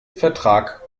vertrag